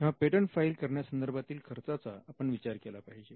तेव्हा patent file करण्या संदर्भातील खर्चाचा आपण विचार केला पाहिजे